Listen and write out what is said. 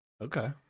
Okay